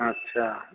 आथसा